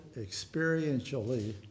experientially